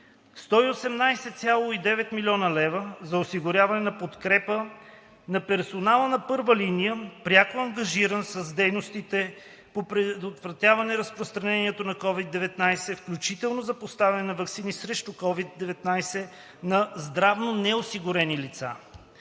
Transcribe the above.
118,9 млн. лв. – за осигуряване на подкрепа на персонала на първа линия, пряко ангажиран с дейности по предотвратяване разпространението на COVID-19, включително за поставяне на ваксини срещу COVID-19 на здравно неосигурените лица.